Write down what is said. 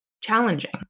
challenging